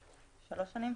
שלוש שנים.